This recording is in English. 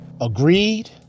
agreed